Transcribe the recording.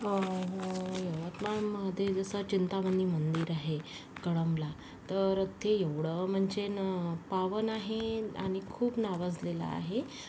यवतमाळमध्ये जसा चिंतामणी मंदिर आहे कळंबला तर ते एवढं म्हणजे ना पावन आहे आणि खूप नावाजलेलं आहे